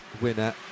winner